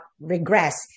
regress